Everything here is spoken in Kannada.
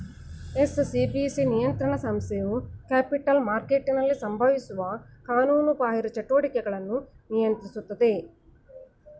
ಎಸ್.ಸಿ.ಬಿ.ಸಿ ನಿಯಂತ್ರಣ ಸಂಸ್ಥೆಯು ಕ್ಯಾಪಿಟಲ್ ಮಾರ್ಕೆಟ್ನಲ್ಲಿ ಸಂಭವಿಸುವ ಕಾನೂನುಬಾಹಿರ ಚಟುವಟಿಕೆಗಳನ್ನು ನಿಯಂತ್ರಿಸುತ್ತದೆ